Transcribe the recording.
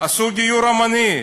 עשו גיור המוני,